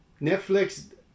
Netflix